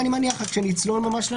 אני מניח שנעשה את זה כשממש נצלול לנוסח.